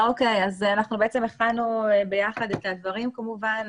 אנחנו הכנו ביחד את הדברים כמובן,